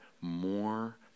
more